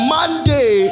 Monday